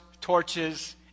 torches